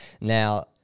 now